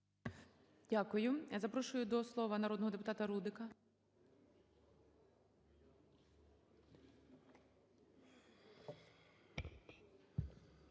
Дякую. І запрошую до слова народного депутата Ємця.